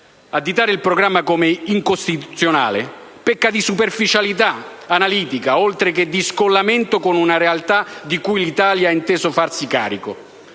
Additare il programma come incostituzionale pecca di superficialità analitica oltre che di scollamento con una realtà di cui l'Italia ha inteso farsi carico.